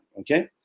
okay